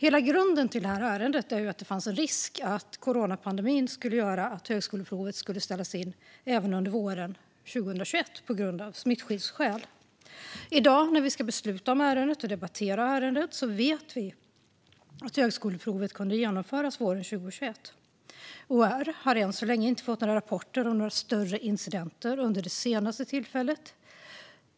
Hela grunden för detta ärende är att det fanns en risk att coronapandemin skulle göra att högskoleprovet på grund av smittskyddsskäl fick ställas in även under våren 2021. När vi i dag ska debattera och besluta ärendet vet vi att högskoleprovet kunde genomföras våren 2021. UHR har än så länge inte fått rapporter om några större incidenter vid det senaste tillfället.